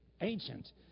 ancient